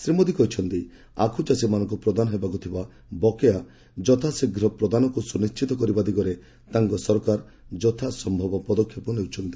ଶ୍ରୀ ମୋଦି କହିଛନ୍ତି ଆଖୁ ଚାଷୀମାନଙ୍କୁ ପ୍ରଦାନ ହେବାକୁ ଥିବା ବକେୟା ଯଥାଶୀଘ୍ର ପ୍ରଦାନକୁ ସୁନିଣ୍ଢିତ କରିବା ଦିଗରେ ତାଙ୍କ ସରକାର ଯଥାସ୍ଭବ ପଦକ୍ଷେପ ନେଉଛନ୍ତି